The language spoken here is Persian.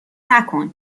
نکن